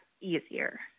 easier